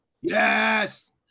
Yes